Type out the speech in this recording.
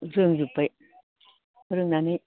रोंजोब्बाय रोंनानै